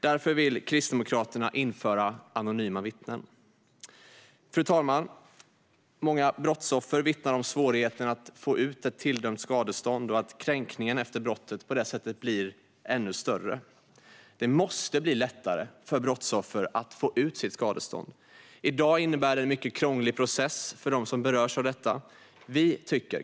Därför vill Kristdemokraterna införa anonyma vittnen. Fru talman! Många brottsoffer vittnar om svårigheten att få ut ett tilldömt skadestånd och att kränkningen efter brottet på det sättet blir ännu större. Det måste bli lättare för brottsoffer att få ut sitt skadestånd. I dag innebär det en mycket krånglig process för dem som berörs av detta.